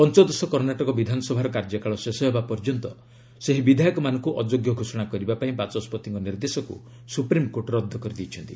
ପଞ୍ଚଦଶ କର୍ଷାଟକ ବିଧାନସଭାର କାର୍ଯ୍ୟକାଳ ଶେଷ ହେବା ପର୍ଯ୍ୟନ୍ତ ସେହି ବିଧାୟକମାନଙ୍କ ଅଯୋଗ୍ୟ ଘୋଷଣା କରିବା ପାଇଁ ବାଚସ୍ୱତିଙ୍କ ନିର୍ଦ୍ଦେଶକ୍ ସୁପ୍ରିମକୋର୍ଟ ରଦ୍ଦ କରିଦେଇଛନ୍ତି